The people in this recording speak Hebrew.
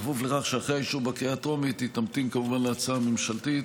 בכפוף לכך שאחרי האישור בקריאה הטרומית היא תמתין כמובן להצעה הממשלתית.